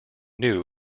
new